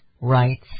rights